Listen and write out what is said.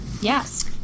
Yes